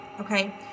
Okay